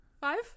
Five